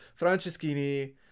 Franceschini